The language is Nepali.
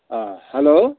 अँ हेलो